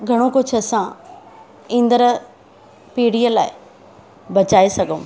घणो कुझु असां ईंदड़ु पीढ़ीअ लाइ बचाए सघूं